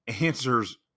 Answers